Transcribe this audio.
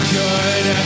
good